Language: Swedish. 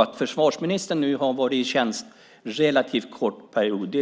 Att försvarsministern nu har varit i tjänst en relativt kort period